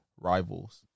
Rivals